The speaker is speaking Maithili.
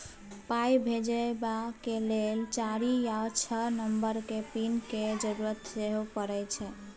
पाइ भेजबाक लेल चारि या छअ नंबरक पिन केर जरुरत सेहो परय छै